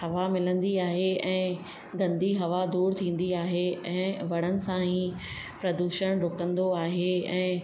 हवा मिलंदी आहे ऐं गंदी हवा दूर थींदी आहे ऐं वणनि सां ई प्रदूषण रुकंदो आहे ऐं